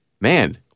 man